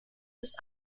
ist